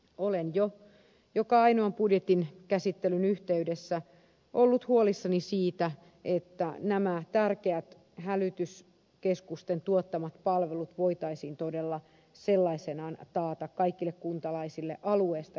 olen jo joka ainoan budjetin käsittelyn yhteydessä ollut huolissani siitä että nämä tärkeät hälytyskeskusten tuottamat palvelut voitaisiin todella sellaisenaan taata kaikille kuntalaisille alueesta riippumatta